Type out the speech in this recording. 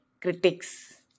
critics